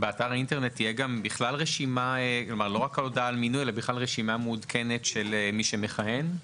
באתר האינטרנט תהיה רשימה מעודכנת של מי שמכהן,